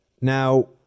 Now